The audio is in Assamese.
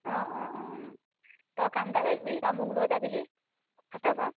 অঁ অঁ অঁ তই কাম এটা কৰিবি তই মোক লৈ যাবিহি হাটৰপৰা